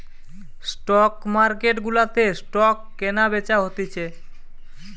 stock market গুলাতে stock কেনা বেচা হতিছে